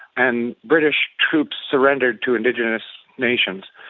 and british troops surrendered to indigenous nations.